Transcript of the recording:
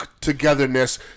togetherness